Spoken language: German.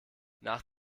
nach